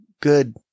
good